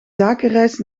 zakenreis